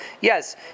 yes